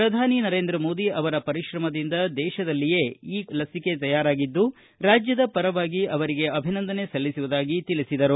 ಪ್ರಧಾನಿ ನರೇಂದ್ರ ಮೋದಿ ಅವರ ಪರಿಶ್ರಮದಿಂದ ದೇಶದಲ್ಲಿಯೇ ಈ ಲಸಿಕೆ ತಯಾರಾಗಿದ್ದು ರಾಜ್ಯದ ಪರವಾಗಿ ಅವರಿಗೆ ಅಭಿನಂದನೆ ಸಲ್ಲಿಸುವುದಾಗಿ ಮುಖ್ಯಮಂತ್ರಿ ತಿಳಿಸಿದರು